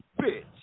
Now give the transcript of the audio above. bitch